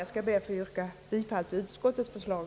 Jag skall be att få yrka bifall till utskottets förslag.